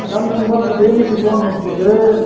दा नोंब्ला बबे मेथायखौ आंनाव बिगोन